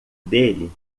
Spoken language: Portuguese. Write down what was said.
dele